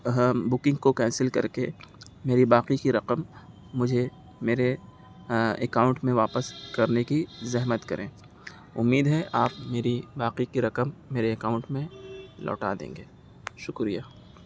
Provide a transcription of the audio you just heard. ہاں بکنگ کو کینسل کر کے میری باقی کی رقم مجھے میرے اکاؤنٹ میں واپس کرنے کی زحمت کریں امید ہے آپ میری باقی کی رقم میرے اکاؤنٹ میں لوٹا دیں گے شکریہ